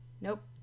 Nope